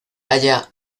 halla